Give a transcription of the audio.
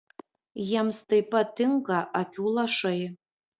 jiems taip pat tinka akių lašai